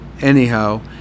anyhow